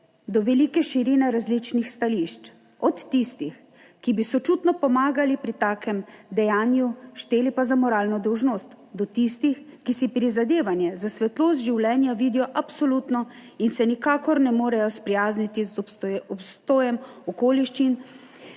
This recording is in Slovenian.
do velike širine različnih stališč, od tistih, ki bi sočutno pomagali pri takem dejanju, šteli pa za moralno dolžnost do tistih, ki si prizadevanje za svetlost življenja vidijo absolutno in se nikakor ne morejo sprijazniti z obstojem okoliščin,